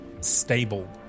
stable